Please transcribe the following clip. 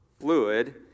fluid